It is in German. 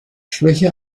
schwäche